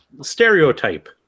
stereotype